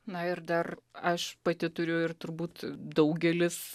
na ir dar aš pati turiu ir turbūt daugelis